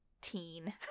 teen